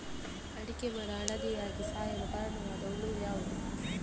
ಅಡಿಕೆ ಮರ ಹಳದಿಯಾಗಿ ಸಾಯಲು ಕಾರಣವಾದ ಹುಳು ಯಾವುದು?